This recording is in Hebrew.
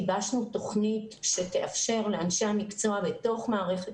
גיבשנו תוכנית שתאפשר לאנשי המקצוע בתוך מערכת